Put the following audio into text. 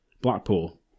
Blackpool